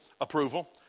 approval